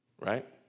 Right